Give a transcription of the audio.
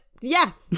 Yes